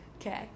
Okay